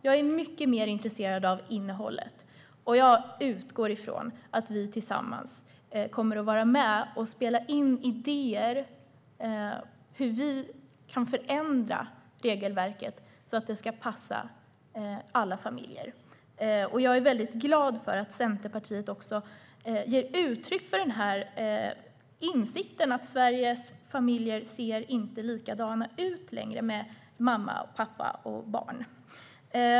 Jag är mycket mer intresserad av innehållet, och jag utgår ifrån att vi tillsammans kommer att vara med och spela in idéer om hur vi kan ändra regelverket så att det ska passa alla familjer. Jag är glad att Centerpartiet ger uttryck för insikten att Sveriges familjer inte längre ser likadana ut med mamma, pappa, barn.